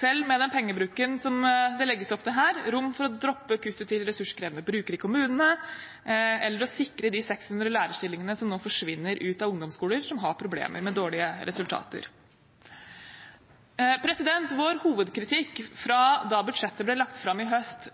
selv med den pengebruken som det legges opp til her – rom for å droppe kuttet til ressurskrevende brukere i kommunene eller å sikre de 600 lærerstillingene som nå forsvinner ut av ungdomsskoler som har problemer med dårlige resultater. Vår hovedkritikk fra da budsjettet ble lagt fram i høst,